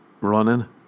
Running